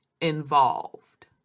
involved